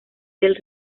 del